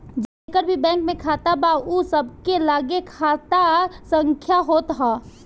जेकर भी बैंक में खाता बा उ सबके लगे खाता संख्या होत हअ